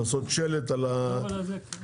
לעשות שלט על המוצר.